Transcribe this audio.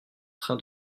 train